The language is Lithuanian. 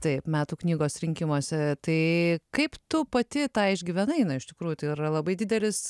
taip metų knygos rinkimuose tai kaip tu pati tą išgyvenai na iš tikrųjų tai yra labai didelis